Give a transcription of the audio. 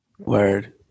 Word